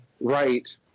right